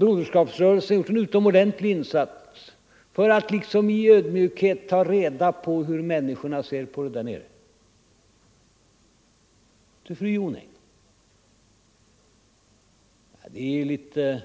Broderskapsrörelsen har gjort en utomordentlig insats 22 november 1974 för att i ödmjukhet försöka ta reda på hur människorna ser på situationen där nere.